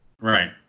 right